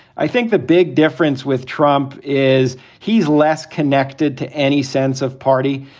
i think the big difference with trump is he's less connected to any sense of party.